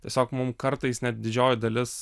tiesiog mum kartais net didžioji dalis